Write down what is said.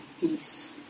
Peace